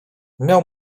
miał